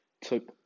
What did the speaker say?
took